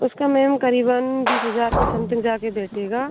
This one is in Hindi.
उसका मैम करीबन बीस हजार के समथिंग जाके बैठेगा